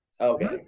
okay